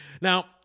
Now